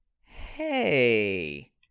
hey